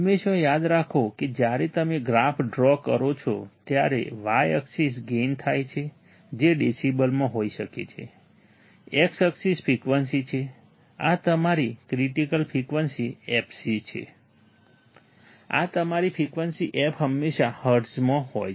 હંમેશાં યાદ રાખો કે જ્યારે તમે ગ્રાફ ડ્રો કરો છો ત્યારે y એક્સિસ ગેઇન થાય છે જે ડેસિબલમાં હોઈ શકે છે x એક્સિસ ફ્રિકવન્સી છે આ તમારી ક્રિટીકલ ફ્રિકવન્સી fc છે આ તમારી ફ્રિકવન્સી f હંમેશાં હર્ટઝમાં હોય છે